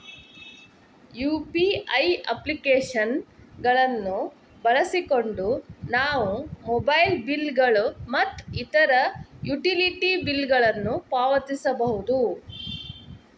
UPI application ಗಳನ್ನು ಬಳಸಿಕೊಂಡು ನಾವು ಮೊಬೈಲ್ ಬಿಲ್ ಗಳು ಮತ್ತು ಇತರ ಯುಟಿಲಿಟಿ ಬಿಲ್ ಗಳನ್ನು ಪಾವತಿಸಬಹುದು